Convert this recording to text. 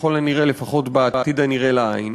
ככל הנראה לפחות בעתיד הנראה לעין,